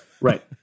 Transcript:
Right